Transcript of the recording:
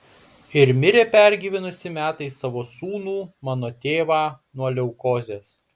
ir mirė pergyvenusi metais savo sūnų mano tėvą nuo leukozės